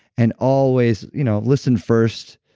and always you know listen first,